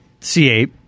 C8